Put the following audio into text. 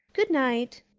good night.